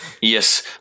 Yes